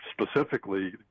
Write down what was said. specifically